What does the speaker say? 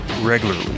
regularly